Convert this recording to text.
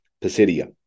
Pisidia